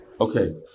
Okay